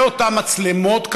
מאותן מצלמות,